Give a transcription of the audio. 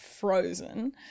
frozen